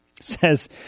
says